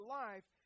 life